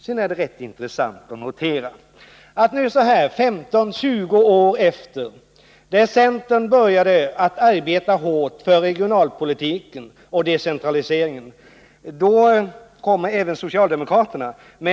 Sedan är det rätt intressant att notera att nu — 15—20 år efter det att centern började att arbeta hårt för regionalpolitiken och decentraliseringen — kommer även socialdemokraterna med sådana krav.